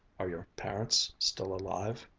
are your parents still alive?